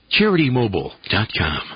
CharityMobile.com